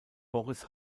boris